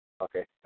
Okay